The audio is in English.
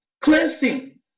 cleansing